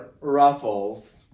ruffles